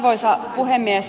arvoisa puhemies